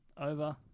Over